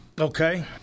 Okay